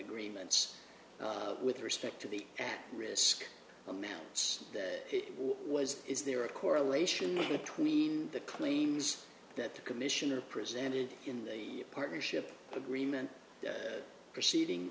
agreements with respect to the risk amounts that it was is there a correlation between the claims that the commissioner presented in the partnership agreement proceeding